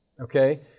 Okay